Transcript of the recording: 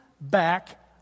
back